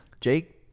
Jake